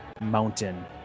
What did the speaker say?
mountain